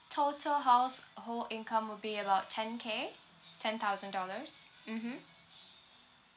total household income will be about ten K ten thousand dollars mmhmm